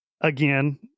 again